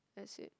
that's it